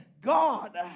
God